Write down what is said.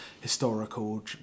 historical